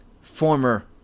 former